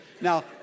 Now